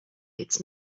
its